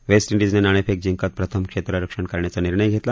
waste इंडिजनं नाणेफेक जिंकत प्रथम क्षेत्ररक्षण करण्याचा निर्णय घेतला